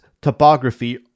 topography